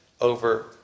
over